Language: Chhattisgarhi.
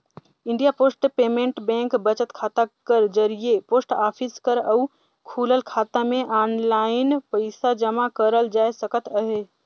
इंडिया पोस्ट पेमेंट बेंक बचत खाता कर जरिए पोस्ट ऑफिस कर अउ खुलल खाता में आनलाईन पइसा जमा करल जाए सकत अहे